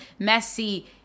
messi